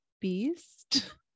beast